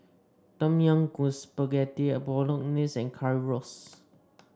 Tom Yam Goong Spaghetti Bolognese and Currywurst